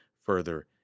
further